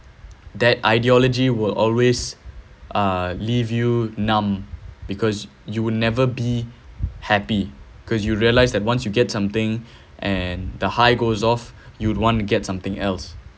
that ideology will always uh leave you numb because you will never be happy because you realize that once you get something and the high goes off you would want to get something else